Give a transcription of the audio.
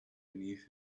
beneath